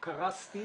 קרסתי